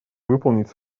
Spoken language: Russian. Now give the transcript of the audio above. выполнить